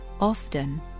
Often